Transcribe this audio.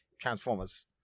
Transformers